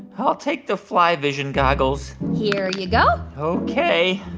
i'll take the fly vision goggles here you go ok.